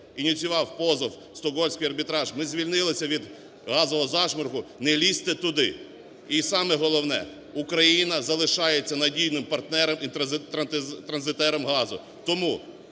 ініціював позов у Стокгольмський арбітраж. Ми звільнилися від газового зашморгу. Не лізьте туди! І саме головне – Україна залишається надійним партнером і транзитером газу. Тому